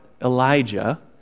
Elijah